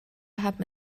haben